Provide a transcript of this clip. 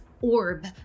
orb